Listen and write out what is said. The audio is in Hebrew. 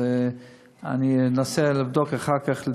אז אני אנסה לבדוק אחר כך,